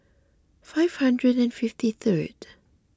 five hundred and fifty third